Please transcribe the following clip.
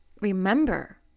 remember